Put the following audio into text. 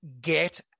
get